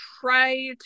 try